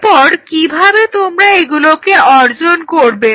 এরপর কিভাবে তোমরা এগুলোকে অর্জন করবে